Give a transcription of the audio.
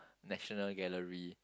National Gallery